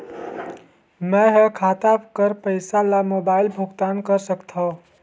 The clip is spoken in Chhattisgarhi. मैं ह खाता कर पईसा ला मोबाइल भुगतान कर सकथव?